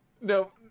No